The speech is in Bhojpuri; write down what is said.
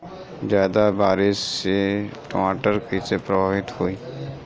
ज्यादा बारिस से टमाटर कइसे प्रभावित होयी?